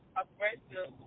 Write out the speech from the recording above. aggressive